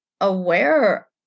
aware